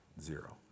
Zero